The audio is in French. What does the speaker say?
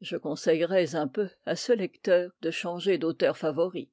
je conseillerais un peu à ce lecteur de changer d'auteur favori